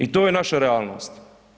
I to je naša realnost.